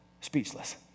speechless